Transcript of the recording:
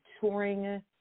touring